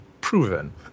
proven